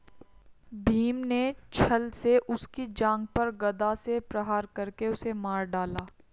भीम ने छ्ल से उसकी जांघ पर गदा से प्रहार करके उसे मार डाला